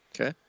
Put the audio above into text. Okay